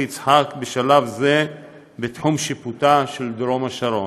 יצחק בשלב זה בתחום השיפוט של דרום השרון.